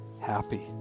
happy